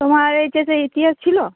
তোমার H S এ ইতিহাস ছিলো